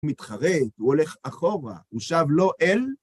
הוא מתחרט, הוא הולך אחורה, הוא שב לא אל.